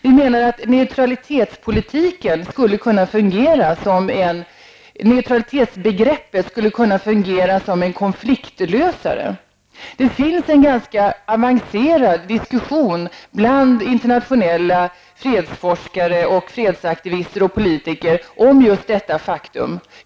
Vi menar att neutralitetsbegreppet skulle kunna fungera som en konfliktlösare. Det finns en ganska avancerad diskussion bland internationella fredsforskare och fredsaktivister och politiker om just detta faktum.